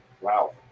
wow